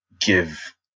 give